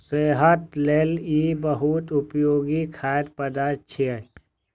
सेहत लेल ई बहुत उपयोगी खाद्य पदार्थ छियै